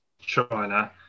China